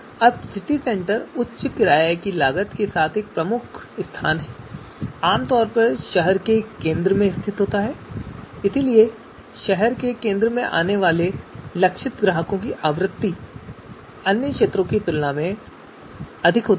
अब city centre उच्च किराये की लागत के साथ एक प्रमुख स्थान है जो आमतौर पर शहर के केंद्र में स्थित होता है इसलिए शहर के केंद्र में आने वाले लक्षित ग्राहकों की आवृत्ति अन्य क्षेत्रों की तुलना में अधिक होती है